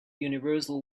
universal